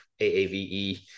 AAVE